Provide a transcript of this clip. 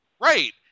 Right